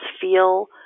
feel